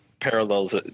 parallels